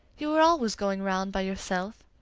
you are always going round by yourself.